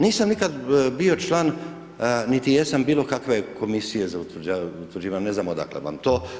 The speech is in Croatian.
Nisam nikada bio član niti jesam bilo kakve komisije za utvrđivanje, ne znam odakle vam to.